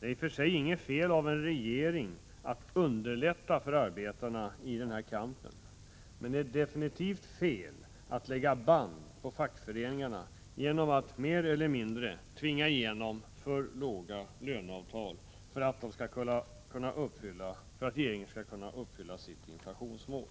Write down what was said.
Det är i och för sig inget fel av en regering att underlätta den kampen för arbetarna, men det är definitivt fel att lägga band på fackföreningarna genom att mer eller mindre tvinga igenom för låga löneavtal för att regeringen skall kunna uppfylla sitt inflationsmål.